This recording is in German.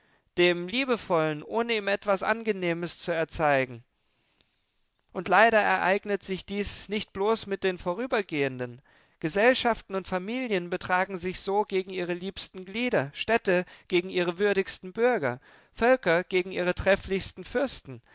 dem liebevollen ohne ihm etwas angenehmes zu erzeigen und leider ereignet sich dies nicht bloß mit den vorübergehenden gesellschaften und familien betragen sich so gegen ihre liebsten glieder städte gegen ihre würdigsten bürger völker gegen ihre trefflichsten fürsten